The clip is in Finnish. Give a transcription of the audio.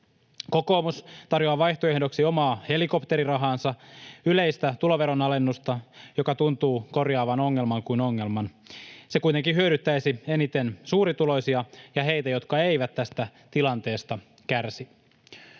Kokoomus tarjoaa vaihtoehdoksi omaa helikopterirahaansa, yleistä tuloveronalennusta, joka tuntuu korjaavaan ongelman kuin ongelman. Se kuitenkin hyödyttäisi eniten suurituloisia ja heitä, jotka eivät tästä tilanteesta kärsi.